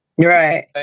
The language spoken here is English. right